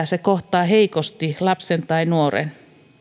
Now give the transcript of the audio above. se kohtaa heikosti lapsen tai nuoren